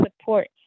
support